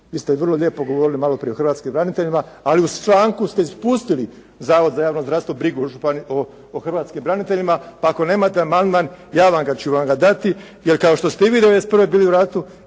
Vi ste vrlo lijepo govorili malo prije o hrvatskim braniteljima ali u članku ste ispustili Zavod za javno zdravstvo, brigu o hrvatskim braniteljima pa ako nemate amandman ja vam ga, ću vam ga dati jer kao što ste i vi 1991. bili u ratu